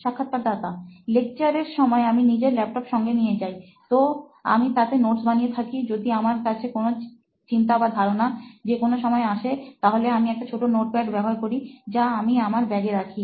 সাক্ষাৎকারদাতা লেকচারের সময় আমি নিজের ল্যাপটপ সঙ্গে নিয়ে যায় তো আমি তাতেই নোটস বানিয়ে থাকি যদি আমার কাছে কোনো চিন্তা বা ধারণা যে কোনো সময় আসে তাহলে আমি একটা ছোট নোটপ্যাড ব্যবহার করিযা আমি আমার ব্যাগে রাখি